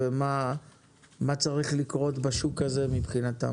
למה את אומרת משפט כזה רימונה?